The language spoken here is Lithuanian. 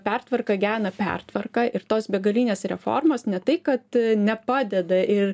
pertvarka gena pertvarką ir tos begalinės reformos ne tai kad nepadeda ir